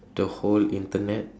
the whole Internet